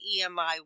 EMI